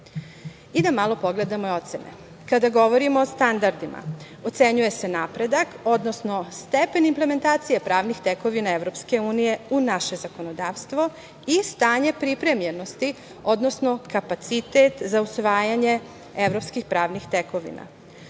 malo pogledamo ocene. Kada govorimo o standardima, ocenjuje se napredak, odnosno stepen implementacije pravnih tekovina EU u naše zakonodavstvo i stanje pripremljenosti, odnosno kapacitet za usvajanje evropskih pravnih tekovina. Kao